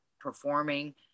performing